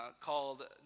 called